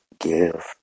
Give